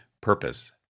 purpose